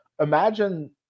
Imagine